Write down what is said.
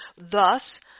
Thus